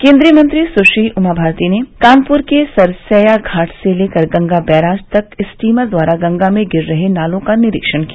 केंद्रीय मंत्री सुश्री उमा भारती ने कानपुर के सरसैया घाट से लेकर गंगा बैराज तक स्टीमर द्वारा गंगा में गिर रहे नालो का निरिक्षण किया